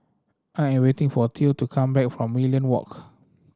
I am waiting for Theo to come back from Merlion Walk